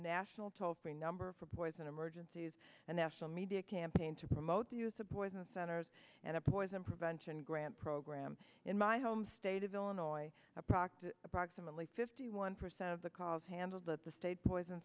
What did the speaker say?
national toll free number for boys in emergencies and national media campaign to promote the use of poison centers and a poison prevention grant program in my home state of illinois a practice approximately fifty one percent of the calls handled at the state poison